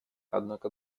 однако